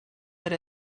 per